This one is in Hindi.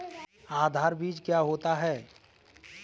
आधार बीज क्या होता है?